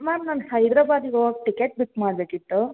ma'am ನಾನು ಹೈದ್ರಬಾದಿಗೆ ಹೋಗಕ್ ಟಿಕೆಟ್ ಬುಕ್ ಮಾಡಬೇಕಿತ್ತು